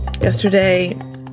Yesterday